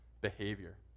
behavior